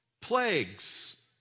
plagues